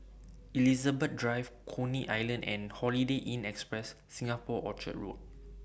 Elizabeth Drive Coney Island and Holiday Inn Express Singapore Orchard Road